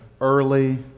early